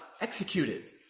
executed